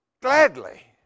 Gladly